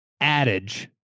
adage